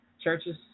Churches